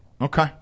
Okay